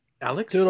Alex